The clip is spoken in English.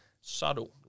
Subtle